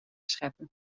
scheppen